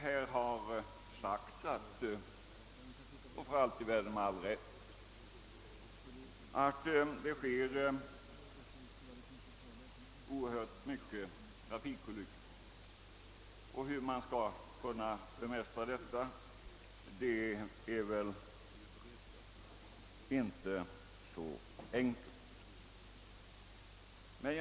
Här har med all rätt erinrats om att det sker oerhört många trafikolyckor på vägarna. Hur dessa trafikolyckor skall bemästras är inte så lätt att säga.